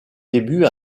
débuts